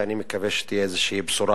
ואני מקווה שתהיה איזו בשורה,